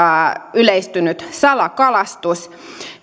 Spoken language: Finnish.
yleistynyt salakalastus